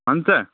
پنژاہ